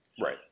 Right